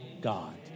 God